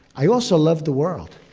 i also love the world.